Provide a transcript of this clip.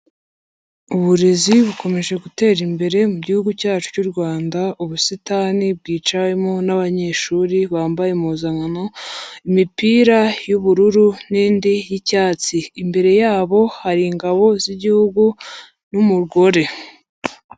Uburezi bukomeje gutera imbere mu gihugu cyacu cyiu Rwanda, ubusitani bwicamo n'abanyeshuri bambaye impuzankano, imipira y'ubururu n'indi y'icyatsi, imbere yabo hari ingabo z'igihugu n'umugore.